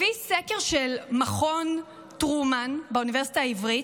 לפי סקר של מכון טרומן באוניברסיטה העברית,